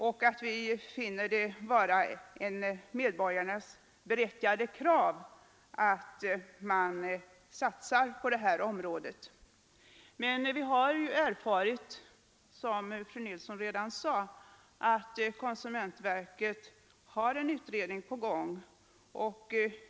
Det är ett berättigat krav från medborgarna att en satsning görs på detta område. Men vi har också erfarit, som fru Nilsson redan sagt, att det inom konsumentverket pågår en utredning i dessa frågor.